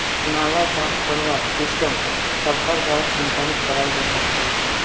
नाला साफ करवार सिस्टम सरकार द्वारा संचालित कराल जहा?